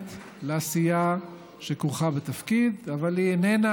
מוקדמת לעשייה שכרוכה בתפקיד, אבל הוא איננו